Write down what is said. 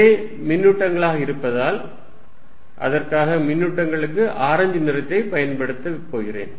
ஒரே மின்னூட்டங்களாக இருப்பதால் அதற்காக மின்னூட்டங்களுக்கு ஆரஞ்சு நிறத்தை பயன்படுத்தப் போகிறேன்